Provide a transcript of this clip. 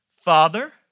Father